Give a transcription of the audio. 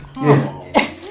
Yes